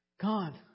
God